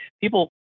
people